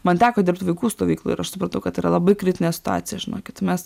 man teko dirbti vaikų stovykloj ir aš supratau kad yra labai kritinė situacija žinokit mes